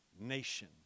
nation